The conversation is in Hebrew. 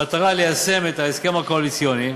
במטרה ליישם את ההסכם הקואליציוני,